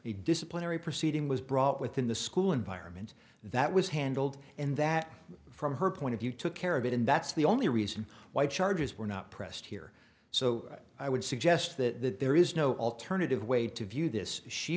disciplinary proceeding was brought within the school environment that was handled and that from her point of view took care of it and that's the only reason why charges were not pressed here so i would suggest that there is no alternative way to view this she